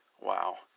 Wow